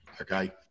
Okay